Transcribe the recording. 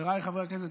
חבריי חברי הכנסת,